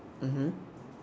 mmhmm